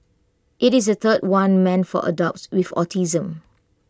IT is the third one meant for adults with autism